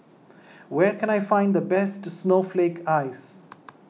where can I find the best Snowflake Ice